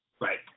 Right